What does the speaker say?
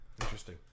Interesting